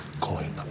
coin